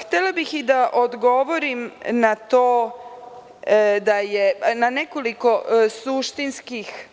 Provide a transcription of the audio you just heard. Htela bih i da odgovorim na nekoliko suštinskih